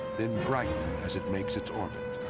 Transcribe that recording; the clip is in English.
then brighten as it makes its orbit.